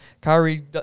Kyrie